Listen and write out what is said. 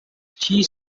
she